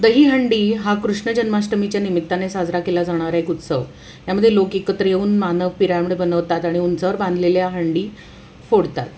दही हंडी हा कृष्ण जन्माष्टमीच्या निमित्ताने साजरा केला जाणारा एक उत्सव यामध्ये लोक एकत्र येऊन मानव पिरॅमिड बनवतात आणि उंचावर बांधलेल्या हंडी फोडतात